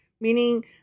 meaning